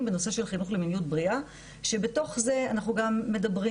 בנושא של חינוך למיניות בריאה כשבתוך זה אנחנו גם מדברים